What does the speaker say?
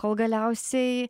kol galiausiai